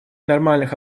нормальных